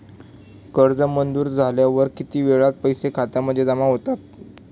कर्ज मंजूर झाल्यावर किती वेळात पैसे खात्यामध्ये जमा होतात?